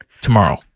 tomorrow